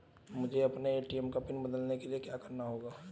मुझे अपने ए.टी.एम का पिन बदलने के लिए क्या करना होगा?